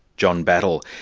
john battle,